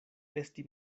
esti